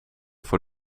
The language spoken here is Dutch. voor